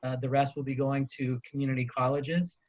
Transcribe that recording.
ah the rest will be going to community colleges.